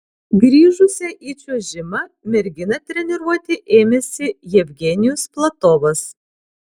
grįžusią į čiuožimą merginą treniruoti ėmėsi jevgenijus platovas